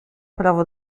prawo